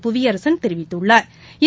புவியரசன் தெரிவித்துள்ளாா்